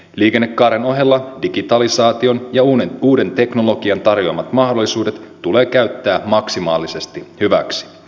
liikennekaaren ohella digitalisaation ja uuden teknologian tarjoamat mahdollisuudet tulee käyttää maksimaalisesti hyväksi